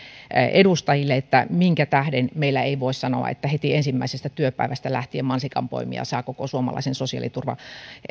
edustajille minkä tähden meillä ei voi sanoa että heti ensimmäisestä työpäivästä lähtien mansikanpoimija saa koko suomalaisen sosiaaliturvan